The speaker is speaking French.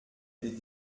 des